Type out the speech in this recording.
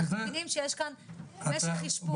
אנחנו מבינים שיש כאן משך אשפוז,